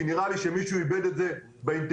כי נראה לי שמישהו איבד את זה באינטרס